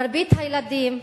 מרבית הילדים,